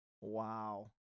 wow